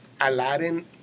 Aladdin